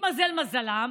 התמזל מזלם.